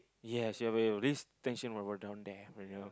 yes you're available this tension when we're down there when you're